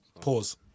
Pause